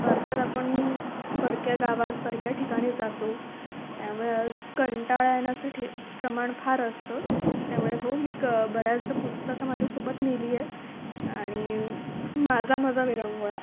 अर्थात आपण परक्या गावात परक्या ठिकाणी जातो त्यामुळे कंटाळा येण्याचं ठे प्रमाण फार असतं त्यामुळे हो मी क बऱ्याचदा पुस्तकं माझ्यासोबत नेली आहेत आणि माझा माझा विरंगुळा